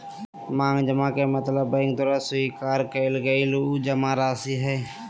मांग जमा के मतलब बैंक द्वारा स्वीकार कइल गल उ जमाराशि हइ